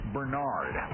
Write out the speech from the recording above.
Bernard